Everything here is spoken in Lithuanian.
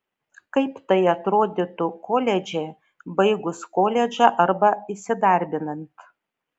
kaip tai atrodytų koledže baigus koledžą arba įsidarbinant